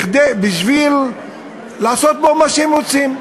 כדי לעשות בו מה שהם רוצים.